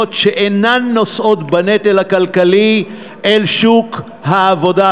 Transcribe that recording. שאינן נושאות בנטל הכלכלי אל שוק העבודה,